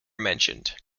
mentioned